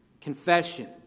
confession